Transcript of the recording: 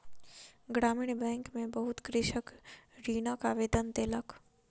ग्रामीण बैंक में बहुत कृषक ऋणक आवेदन देलक